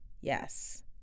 yes